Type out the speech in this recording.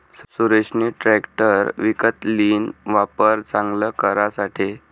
सुरेशनी ट्रेकटर विकत लीन, वावर चांगल करासाठे